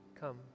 come